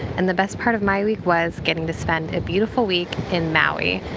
and the best part of my week was getting to spend a beautiful week in maui.